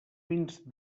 vins